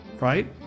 right